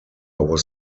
was